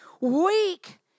weak